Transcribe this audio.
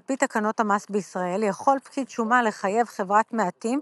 על פי תקנות המס בישראל יכול פקיד שומה לחייב 'חברת מעטים'